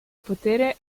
potere